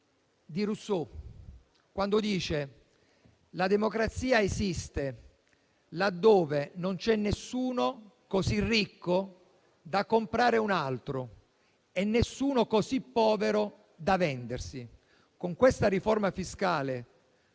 di Rousseau: «La democrazia esiste laddove non c'è nessuno così ricco da comprare un altro e nessuno così povero da vendersi». Con questa riforma fiscale